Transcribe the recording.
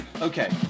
Okay